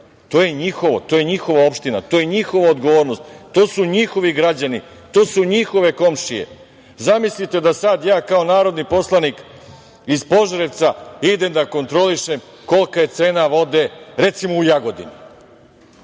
To je njihovo, to je njihova opština, to je njihova odgovornost, to su njihovi građani, to su njihove komšije. Zamislite da sad ja kao narodni poslanik iz Požarevca idem da kontrolišem kolika je cena vode, recimo, u Jagodini.